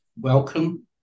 welcome